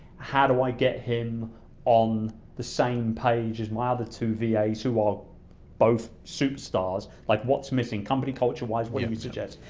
how do i get him on the same page as my other two vas who are both superstars, like what's missing? company culture-wise, what do you suggest?